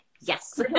Yes